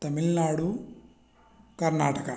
Tamil Nadu Karnataka